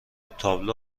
تابلو